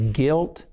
guilt